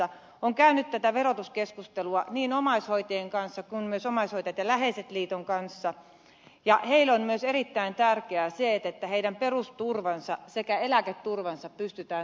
olen käynyt tätä verotuskeskustelua niin omaishoitajien kanssa kuin myös omaishoitajat ja läheiset liiton kanssa ja heille on myös erittäin tärkeää se että heidän perusturvansa sekä eläketurvansa pystytään turvaamaan